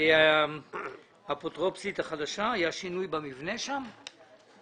היה שינוי במבנה שם?